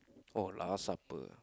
oh lah supper